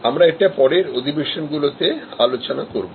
আমরা এটা পরের লেকচার গুলোতে আলোচনা করব